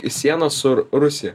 į sieną su rusija